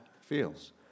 feels